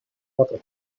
water